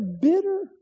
bitter